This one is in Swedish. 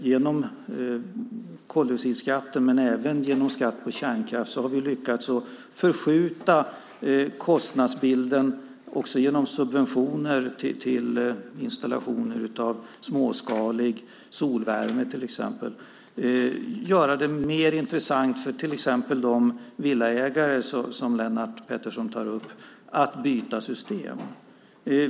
Genom koldioxidskatten, skatt på kärnkraft och också genom subventioner till installation av småskalig solvärme till exempel har vi lyckats göra det mer intressant för till exempel de villaägare som Lennart Pettersson tar upp att byta system.